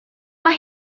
mae